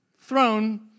throne